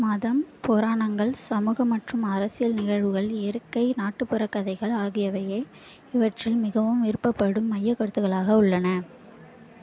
மதம் புராணங்கள் சமூக மற்றும் அரசியல் நிகழ்வுகள் இயற்கை நாட்டுப்புறக் கதைகள் ஆகியவையே இவற்றில் மிகவும் விரும்பப்படும் மையக் கருத்துக்களாக உள்ளன